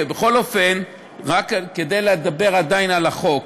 בכל אופן, כדי לדבר עדיין על החוק,